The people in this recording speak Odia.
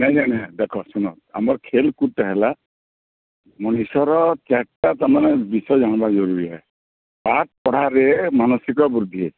ଜାଣିନ ନା ଦେଖ ଶୁଣ ଆମର୍ ଖେଲ୍କୁଦ୍ଟା ହେଲା ମଣିଷର କେତ୍ଟା ତାମାନେ ବିଷୟରେ ଜାଣିବା ଜରୁରୀ ହେ ପାଠ୍ ପଢ଼ାଲେ ମାନସିକ ବୃଦ୍ଧି ହେସି